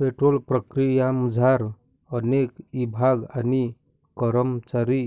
petrol प्रक्रियामझार अनेक ईभाग आणि करमचारी